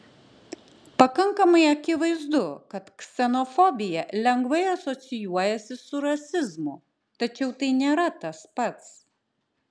pakankamai akivaizdu kad ksenofobija lengvai asocijuojasi su rasizmu tačiau tai nėra tas pats